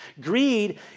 Greed